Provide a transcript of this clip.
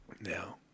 Now